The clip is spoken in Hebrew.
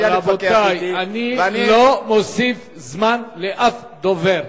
רבותי, אני לא אוסיף זמן לאף דובר.